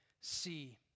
see